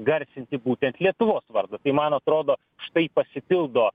garsinti būtent lietuvos vardą tai mano atrodo štai pasipildo